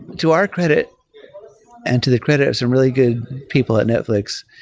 to our credit and to the credit of some really good people at netflix,